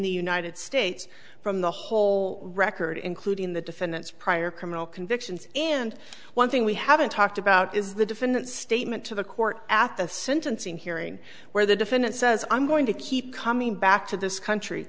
the united states from the whole record including the defendant's prior criminal convictions and one thing we haven't talked about is the defendant's statement to the court at the sentencing hearing where the defendant says i'm going to keep coming back to this country